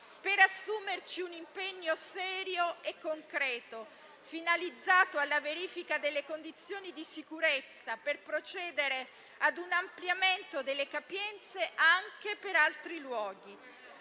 per l'assunzione di un impegno serio e concreto, finalizzato alla verifica delle condizioni di sicurezza per procedere a un ampliamento delle capienze anche per altri luoghi.